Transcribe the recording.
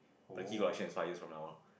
the key collection is five years from now on